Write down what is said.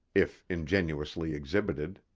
if ingenuously exhibited.